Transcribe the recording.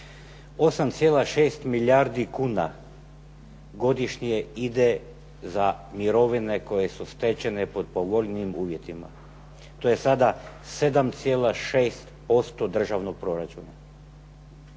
8,6 milijardi kuna godišnje ide za mirovine koje su stečene pod povoljnijim uvjetima, to je sada 7,6% državnog proračuna.